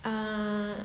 ah